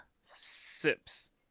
Sips